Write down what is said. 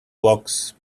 blocks